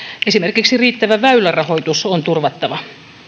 esimerkiksi riittävä väylärahoitus on turvattava